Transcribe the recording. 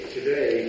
Today